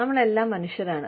നമ്മളെല്ലാം മനുഷ്യരാണ്